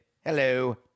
Hello